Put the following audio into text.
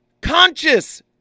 conscious